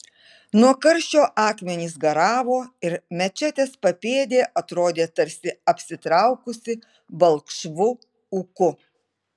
nuo karščio akmenys garavo ir mečetės papėdė atrodė tarsi apsitraukusi balkšvu ūku